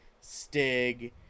Stig